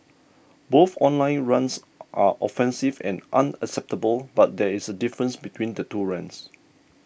both online rants are offensive and unacceptable but there is a difference between the two rants